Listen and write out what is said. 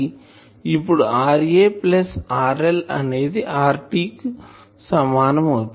ఇప్పుడు RA plus RL అనేది RT కు సమానం అవుతుంది